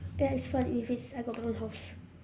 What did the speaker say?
that is fun if it's I got my own house